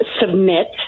submit